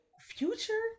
Future